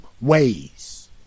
ways